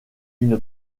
une